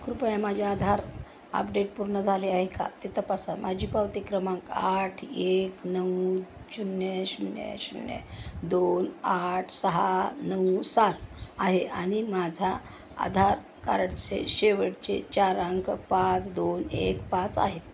कृपया माझे आधार आपडेट पूर्ण झाले आहे का ते तपासा माझी पावती क्रमांक आठ एक नऊ शून्य शून्य शून्य दोन आठ सहा नऊ सात आहे आणि माझा आधार कार्डचे शेवटचे चार अंक पाच दोन एक पाच आहेत